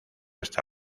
esta